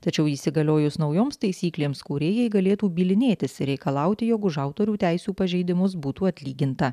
tačiau įsigaliojus naujoms taisyklėms kūrėjai galėtų bylinėtis ir reikalauti jog už autorių teisių pažeidimus būtų atlyginta